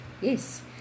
yes